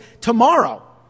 tomorrow